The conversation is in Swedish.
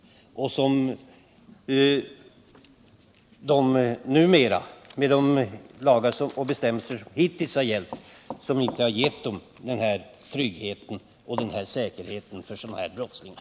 Med de lagar och bestämmelser som gäller nu finns inte den tryggheten mot sådana här brottslingar.